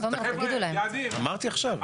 יעדים,